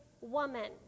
woman